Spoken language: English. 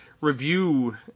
review